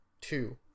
two